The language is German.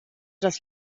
das